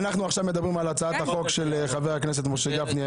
אנחנו עכשיו מדברים על הצעת החוק של חבר הכנסת משה גפני.